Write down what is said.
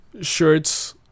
shirts